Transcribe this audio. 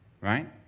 right